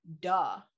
duh